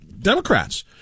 Democrats